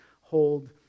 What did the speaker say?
hold